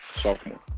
Sophomore